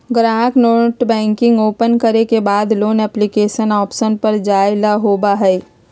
ग्राहक net banking open करे के बाद लोन एप्लीकेशन ऑप्शन पर जाय ला होबा हई